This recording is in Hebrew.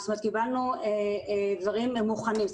קיבלנו דברים מוכנים,